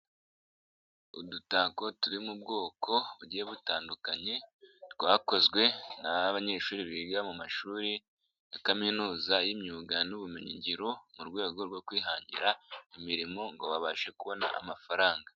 Udutako turi mu bwoko bugiye butandukanye, twakozwe n'abanyeshuri biga mu mashuri ya kaminuza y'imyuga n'ubumenyingiro, mu rwego rwo kwihangira imirimo ngo babashe kubona amafaranga.